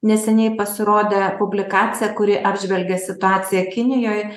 neseniai pasirodė publikacija kuri apžvelgia situaciją kinijoj